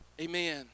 Amen